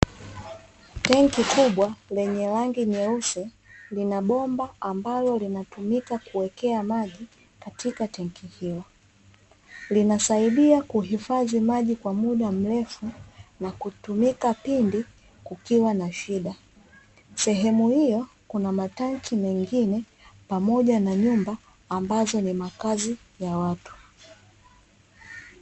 Tanki kubwa lenye rangi nyeusi, linabomba ambalo linatumika kuwekea maji katika tanki hilo, linasaidia kuhifadhi maji kwa muda mrefu na kutumika pindi kukiwa na shida. Sehemu hiyo kuna matanki mengine pamoja na nyumba ambazo ni makazi ya watu.